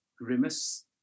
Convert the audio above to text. grimace